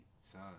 son